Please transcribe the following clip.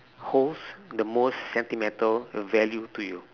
holds the most sentimental value to you